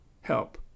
help